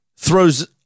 throws